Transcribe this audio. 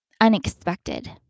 unexpected